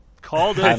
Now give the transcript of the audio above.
called